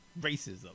racism